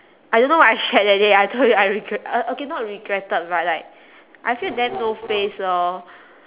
I don't know what I shared that day I told you I regre~ uh okay not regretted but like I feel damn no face lor